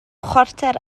chwarter